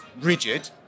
rigid